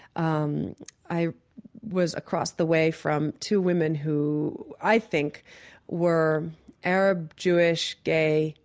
um i was across the way from two women who i think were arab, jewish gay,